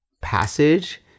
passage